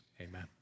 Amen